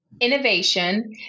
Innovation